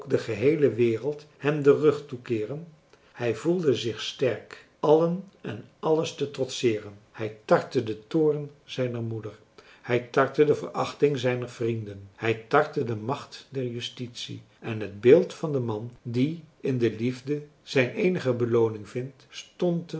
de geheele wereld hem den rug toekeeren hij voelde zich sterk allen en marcellus emants een drietal novellen alles te trotseeren hij tartte den toorn zijner moeder hij tartte de verachting zijner vrienden hij tartte de macht der justitie en het beeld van den man die in de liefde zijn eenige belooning vindt stond